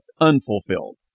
unfulfilled